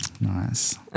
nice